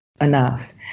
enough